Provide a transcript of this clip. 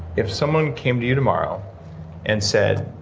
if someone came to you tomorrow and said,